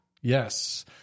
Yes